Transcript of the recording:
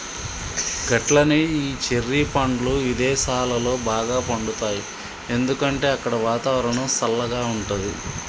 గట్లనే ఈ చెర్రి పండ్లు విదేసాలలో బాగా పండుతాయి ఎందుకంటే అక్కడ వాతావరణం సల్లగా ఉంటది